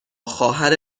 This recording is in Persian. خواهر